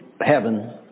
heaven